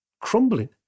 crumbling